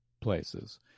places